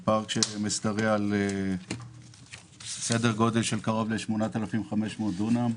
זה פארק שמשתרע על פני קרוב ל-8,500 דונם,